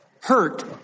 hurt